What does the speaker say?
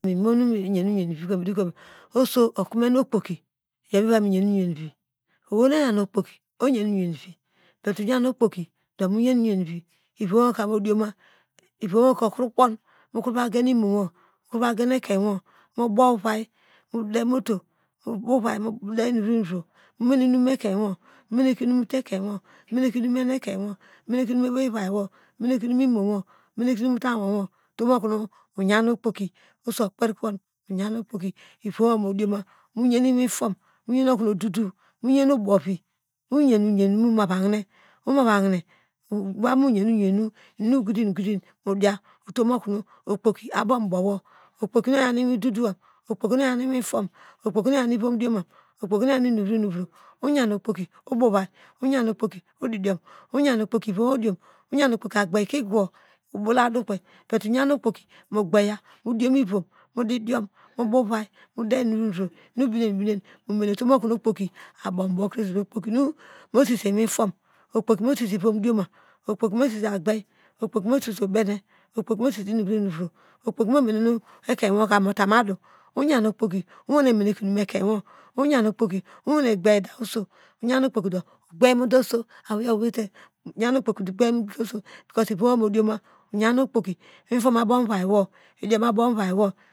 Miyan oso okomen okpoki iyo numivan miyan oyan vi but oyan okpoki do miyan oyanvi ivomwoka modiona ivom woka okro kpo ota gen imowo mova gen ekeinwo mobo uvi mode motor mode inum vroinovro momeneke inum motu ekein wo momeneke inum ewei wo momeneke ihume eweiwo momeneke inum mu imowo momeneke inum otany wowo otom okonu oyan okpoki oso okper kuwo oyan okpoki ivowo mo dioma, monu ene inum oyan okpoki obow ovai oyan ikpoki udidiom oyan okpoki obovi, okpoki nu mosese iwiw fom okpoki mosese akidiv okpoki mu sise obene okpoki mosise inuvro inuvro okpoki mo menenu ekeinwoka mota madu oyen okpoki owane meneke inum moekein wo oyan okpoki owan ne kpir da oso, because ivom wo modioma iwiform abo uviwo